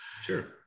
Sure